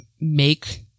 make